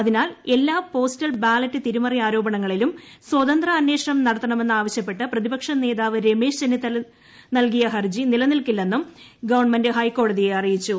അതിനാൽ എല്ലാ postal ballot തിരിമറി ആരോപണങ്ങളിലും സ്വതന്ത്ര അന്വേഷണം നടത്തണമെന്ന് ആവശ്യപ്പെട്ട് പ്രതിപക്ഷ നേതാവ് രമേശ് ചെന്നിത്തല നൽകിയ ഹർജി നിലനിൽക്കില്ലെന്നും ഗവൺമെന്റ് ഹൈക്കോടതിയെ അറിയിച്ചു